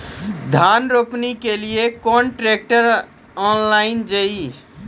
धान रोपनी के लिए केन ट्रैक्टर ऑनलाइन जाए?